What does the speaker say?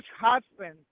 husband